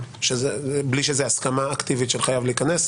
בלי שזו הסכמה אקטיבית של חייב להיכנס.